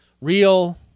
real